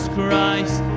Christ